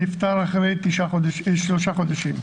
נפטר אחרי שלושה חודשים.